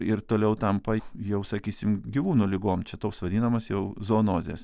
ir toliau tampa jau sakysim gyvūnų ligom čia toks vadinamas jau zoonozės